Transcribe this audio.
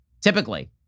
Typically